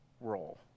role